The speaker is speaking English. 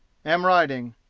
am writing.